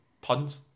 puns